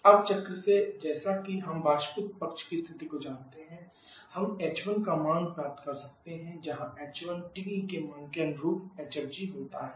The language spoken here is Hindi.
अब चक्र से जैसा कि हम वाष्पित पक्ष की स्थिति को जानते हैं हम h1 का मान प्राप्त कर सकते हैं जहाँ h1 TE के मान के अनुरूप hg के बराबर है